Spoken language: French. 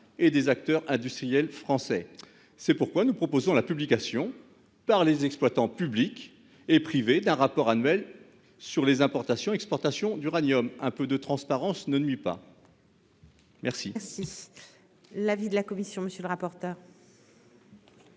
et des acteurs industriels français. C'est pourquoi nous proposons la publication, par les exploitants publics et privés, d'un rapport annuel sur les importations et les exportations d'uranium. Un peu de transparence ne nuit pas ...